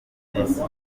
serivisi